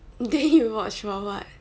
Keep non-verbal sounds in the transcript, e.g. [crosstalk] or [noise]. then you [laughs] watch for what